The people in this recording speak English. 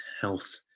health